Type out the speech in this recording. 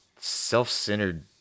self-centered